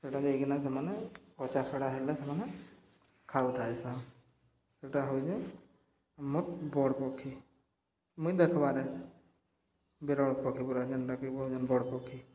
ସେଟା ଯାଇକିନା ସେମାନେ ପଚାସଢ଼ା ହେଲେ ସେମାନେ ଖାଉଥାଏସନ୍ ସେଟା ହଉଛେ ମୋର୍ ବଡ଼୍ ପକ୍ଷୀ ମୁଇଁ ଦେଖ୍ବାରେ ବିରଳ ପକ୍ଷୀ ପୁରା ଯେନ୍ଟାକି କହୁଚନ୍ ବଡ଼୍ ପକ୍ଷୀ